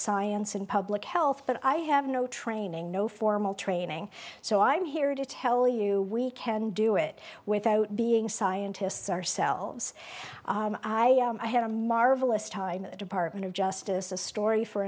science and public health but i have no training no formal training so i'm here to tell you we can do it without being scientists ourselves i had a marvelous time in the department of justice a story for